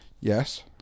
yes